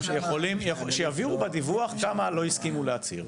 אז שיעבירו בדיווח, למה לא הסכימו להצהיר.